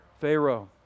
Pharaoh